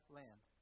land